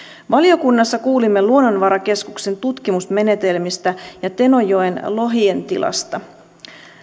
valiokunnassa kuulimme luonnonvarakeskuksen tutkimusmenetelmistä ja tenojoen lohien tilasta